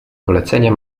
polecenia